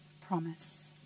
promise